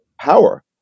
power